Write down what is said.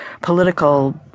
political